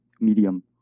medium